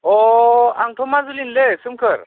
अ आंथ' माजुलिनिलै सोमखोर